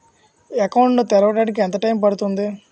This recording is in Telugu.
అకౌంట్ ను తెరవడానికి ఎంత టైమ్ పడుతుంది?